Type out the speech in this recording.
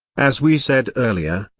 as we said earlier,